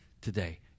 today